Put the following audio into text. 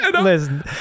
listen